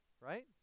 right